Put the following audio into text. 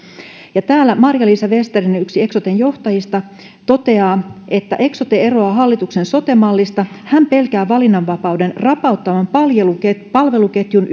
täällä marja liisa vesterinen yksi eksoten johtajista toteaa että eksote eroaa hallituksen sote mallista hän pelkää valinnanvapauden rapauttavan palveluketjun palveluketjun